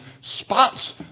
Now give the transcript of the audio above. spots